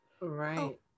Right